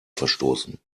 verstoßen